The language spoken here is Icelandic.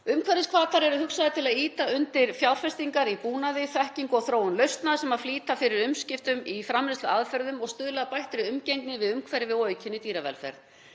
Umhverfishvatar eru hugsaðir til að ýta undir fjárfestingar í búnaði, þekkingu og þróun lausna sem flýta fyrir umskiptum í framleiðsluaðferðum og stuðla að bættri umgengni við umhverfi og aukinni dýravelferð,